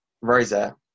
Rosa